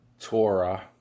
Torah